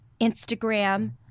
Instagram